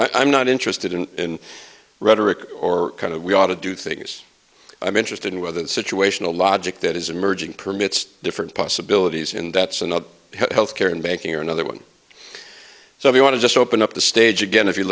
i'm not interested in rhetoric or kind of we ought to do things i'm interested in whether it's situational logic that is emerging permits different possibilities in that's another health care in banking or another one so if you want to just open up the stage again if you're